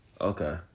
Okay